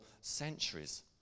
centuries